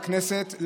מהכנסת,